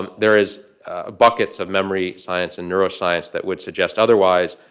um there is ah buckets of memory, science, and neuroscience that would suggest otherwise,